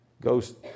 goes